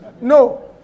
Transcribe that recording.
No